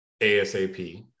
ASAP